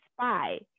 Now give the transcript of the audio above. spy